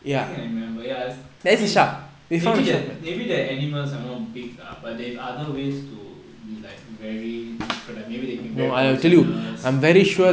I think I remember ya to me maybe that maybe that animals are not big ah but they have other ways to be like very different like maybe they can be very poisonous this kind of thing